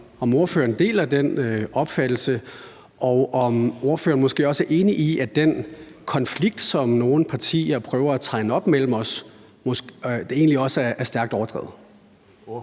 om ordføreren deler den opfattelse, og om ordføreren måske også er enig i, at den konflikt, som nogle partier prøver at tegne op mellem os, egentlig også er stærkt overdrevet.